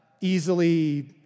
easily